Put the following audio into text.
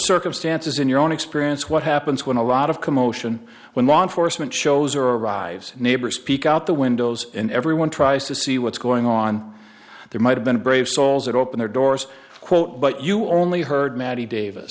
circumstances in your own experience what happens when a lot of commotion when law enforcement shows or arrives neighbors speak out the windows and everyone tries to see what's going on there might have been brave souls that open their doors quote but you only heard matty davis